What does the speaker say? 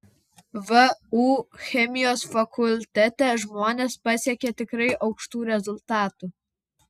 vu chemijos fakultete žmonės pasiekė tikrai aukštų rezultatų